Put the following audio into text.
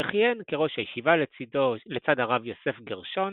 וכיהן כראש הישיבה לצד הרב יוסף גרשון